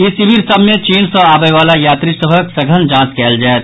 ई शिविर सभ मे चीन सॅ आवयवला यात्री सभक सघन जांच कयल जायत